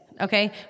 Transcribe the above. okay